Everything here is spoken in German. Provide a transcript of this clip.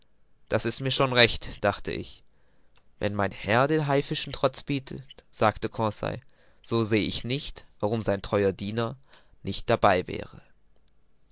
das ist mir schon recht dachte ich wenn mein herr den haifischen trotz bietet sagte conseil so sehe ich nicht warum sein treuer diener nicht mit dabei wäre